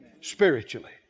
spiritually